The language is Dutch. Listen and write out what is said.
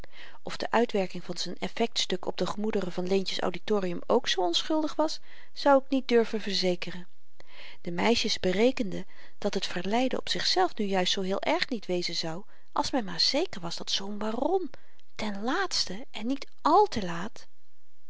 of de uitwerking van z'n effektstuk op de gemoederen van leentje's auditorium ook zoo onschuldig was zou ik niet durven verzekeren de meisjes berekenden dat het verleiden op zichzelf nu juist zoo heel erg niet wezen zou als men maar zeker was dat zoo'n baron tenlaatste en niet àl te laat